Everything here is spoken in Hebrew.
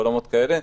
בעולמות כאלה.